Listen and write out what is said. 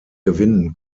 gewinnen